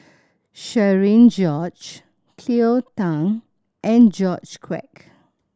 Cherian George Cleo Thang and George Quek